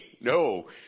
no